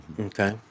Okay